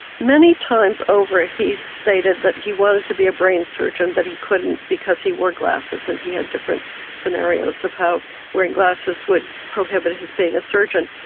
many times over ah he stated that he wanted to be a brain surgeon but he couldn't because he wore glasses, and he had different scenarios of how wearing glasses would prohibit his being a surgeon.